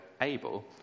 able